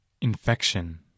Infection